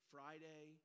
Friday